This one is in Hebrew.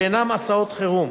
שאינם הסעות חירום,